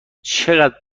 چقدر